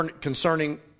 concerning